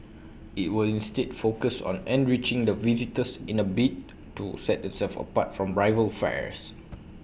IT will instead focus on enriching the visitor's in A bid to set itself apart from rival fairs